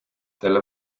selle